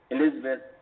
Elizabeth